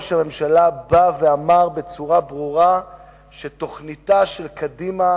ראש הממשלה בא ואמר בצורה ברורה שתוכניתה של קדימה